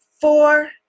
four